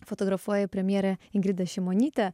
fotografuoji premjerę ingridą šimonytę